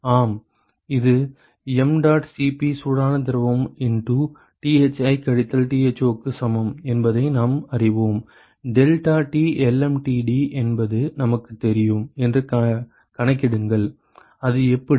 ஆம் இது mdot Cp சூடான திரவம் இண்டு Thi கழித்தல் Tho க்கு சமம் என்பதை நாம் அறிவோம் deltaTlmtd என்பது நமக்குத் தெரியும் என்று கணக்கிடுங்கள் அது எப்படி